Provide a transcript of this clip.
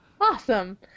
Awesome